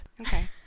okay